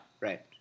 Right